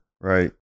Right